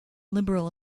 liberal